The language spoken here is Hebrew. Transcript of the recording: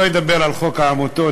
אני לא אדבר על חוק העמותות,